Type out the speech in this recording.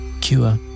cure